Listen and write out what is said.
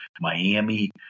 Miami